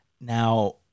Now